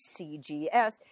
CGS